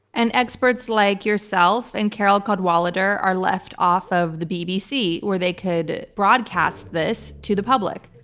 and experts like yourself and carole cadwalladr are left off of the bbc, or they could broadcast this to the public.